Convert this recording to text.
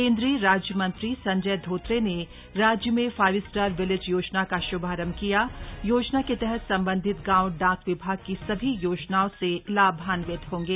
केंद्रीय राज्यमंत्री संजय धोत्रे ने राज्य में फाइव स्टार विलेज योजना का शुभारंभ किया योजना के तहत संबंधित गांव डाक विभाग की सभी योजनाओं से लाभान्वित होंगे